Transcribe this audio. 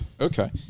Okay